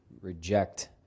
reject